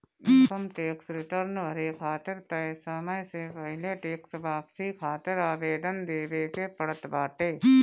income tax return भरे खातिर तय समय से पहिले टेक्स वापसी खातिर आवेदन देवे के पड़त बाटे